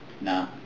No